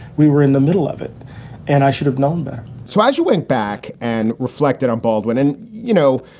we were in the middle of it and i should have known better so as you went back and reflected on baldwin and you know,